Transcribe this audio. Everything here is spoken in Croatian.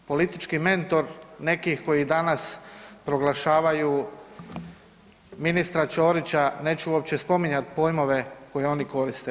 Politički mentor nekih koji danas proglašavaju ministra Ćorića neću uopće spominjati pojmove koje oni koriste.